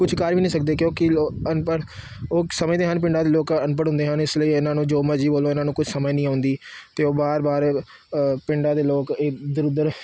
ਕੁਛ ਕਰ ਵੀ ਨਹੀਂ ਸਕਦੇ ਕਿਉਂਕਿ ਲੋ ਅਨਪੜ੍ਹ ਉਹ ਸਮਝਦੇ ਹਨ ਪਿੰਡਾਂ ਦੇ ਲੋਕ ਅਨਪੜ੍ਹ ਹੁੰਦੇ ਹਨ ਇਸ ਲਈ ਇਹਨਾਂ ਨੂੰ ਜੋ ਮਰਜ਼ੀ ਬੋਲੋ ਇਹਨਾਂ ਨੂੰ ਕੁਛ ਸਮਝ ਨਹੀਂ ਆਉਂਦੀ ਅਤੇ ਉਹ ਵਾਰ ਵਾਰ ਪਿੰਡਾਂ ਦੇ ਲੋਕ ਇਹ ਇੱਧਰ ਉੱਧਰ